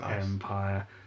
empire